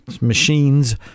machines